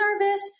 nervous